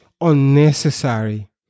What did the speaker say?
unnecessary